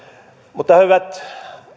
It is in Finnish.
mutta hyvät